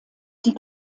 die